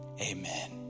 amen